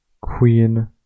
Queen